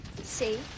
See